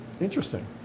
Interesting